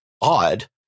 Odd